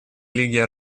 лиги